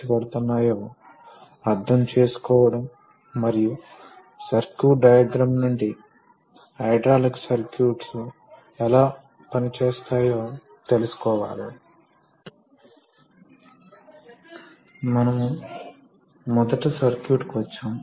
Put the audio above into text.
కాబట్టి అధిక ఫోర్స్ ని ప్రసారం చేయాలి మరియు ఖచ్చితమైన స్థానభ్రంశాలు మరియు వేగాలను సృష్టించాలి ఇది హైడ్రాలిక్ సిస్టం లు దాని అప్లికేషన్స్ లో ఎక్కువ భాగాన్ని కనుగొనే ప్రాథమిక ప్రాంతం